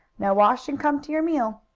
now wash and come to your meal.